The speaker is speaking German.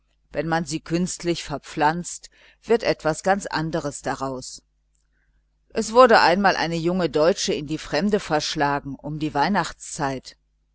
wenn man sie künstlich verpflanzt wird etwas ganz anderes daraus es wurde einmal eine junge deutsche in die fremde verschlagen um die weihnachtszeit